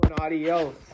adios